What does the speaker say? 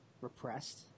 repressed